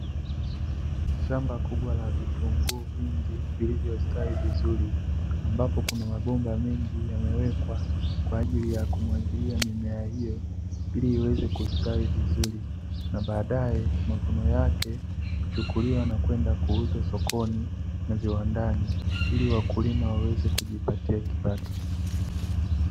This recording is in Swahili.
Shamba kubwa la vitunguu vingi vilivyostawi vizuri, ambapo kuna mabomba mengi yamewekwa kwa ajili ya kumwagilia mimea hiyo ili iweze kustawi vizuri, na baadaye, mavuno yake huchukuliwa na kwenda kuuzwa sokoni na viwandani, ili wakulima waweze kujipatia kipato.